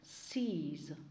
sees